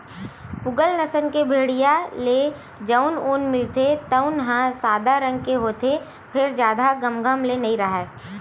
पूगल नसल के भेड़िया ले जउन ऊन मिलथे तउन ह सादा रंग के होथे फेर जादा घमघम ले नइ राहय